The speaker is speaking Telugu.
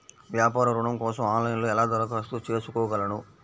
వ్యాపార ఋణం కోసం ఆన్లైన్లో ఎలా దరఖాస్తు చేసుకోగలను?